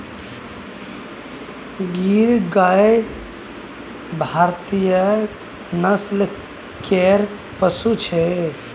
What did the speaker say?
गीर गाय भारतीय नस्ल केर पशु छै